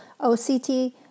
OCT